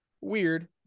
Weird